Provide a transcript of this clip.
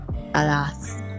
Alas